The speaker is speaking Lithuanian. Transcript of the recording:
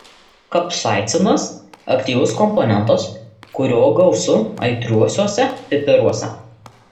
kapsaicinas aktyvus komponentas kurio gausu aitriuosiuose pipiruose